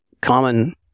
common